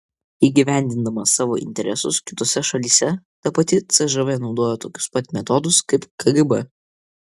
įgyvendindama savo interesus kitose šalyse ta pati cžv naudojo tokius pat metodus kaip kgb